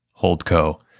holdco